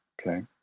Okay